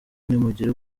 ntimugire